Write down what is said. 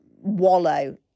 wallow